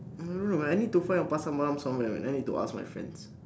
I don't know I need to find a pasar malam somewhere man I need to ask my friends